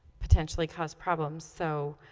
potentially cause problems so